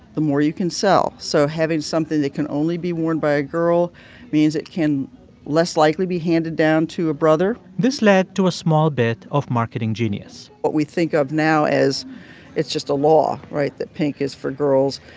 the more you can sell. so having something that can only be worn by a girl means it can less likely be handed down to a brother this led to a small bit of marketing genius what we think of now as it's just a law, right? that pink is for girls,